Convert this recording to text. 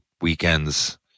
weekends